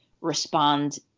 respond